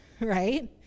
Right